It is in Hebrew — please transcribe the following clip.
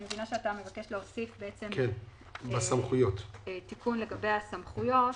אני מבינה שאתה מבקש להוסיף תיקון לגבי הסמכויות.